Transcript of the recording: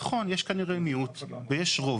נכון, יש כנראה מיעוט ויש רוב.